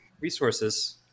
resources